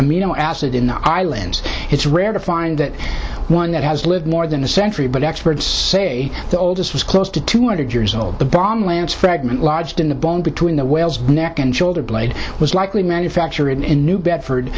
amino acid in the islands it's rare to find that one that has lived more than a century but experts say the oldest was close to two hundred years old the bomb lance fragment lodged in the bond between the whale's neck and shoulder blade was likely manufactured in new bedford